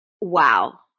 wow